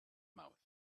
mouth